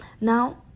Now